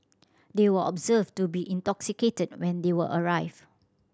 they were observed to be intoxicated when they were arrived